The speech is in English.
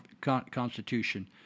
Constitution